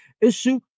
issue